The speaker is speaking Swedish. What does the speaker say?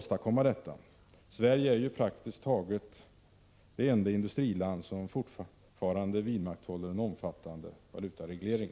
Sverige är ju praktiskt taget det enda industriland som fortfarande vidmakthåller en omfattande valutareglering.